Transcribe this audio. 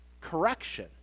correction